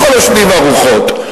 לכל השדים והרוחות.